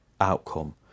outcome